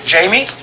Jamie